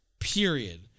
Period